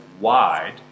wide